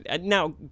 now